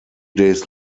days